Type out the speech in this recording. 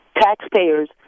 taxpayers